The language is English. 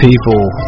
people